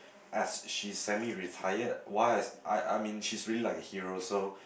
as she send me retired why I I mean she's really like hero also